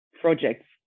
projects